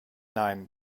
nein